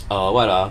err what ah